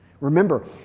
Remember